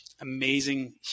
amazing